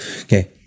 Okay